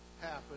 happen